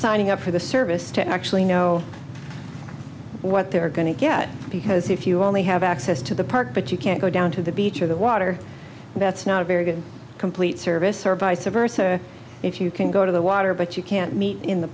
signing up for the service to actually know what they're going to get because if you only have access to the park but you can't go down to the beach or the water that's not a very good complete service or vice versa if you can go to the water but you can't meet in the